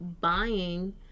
buying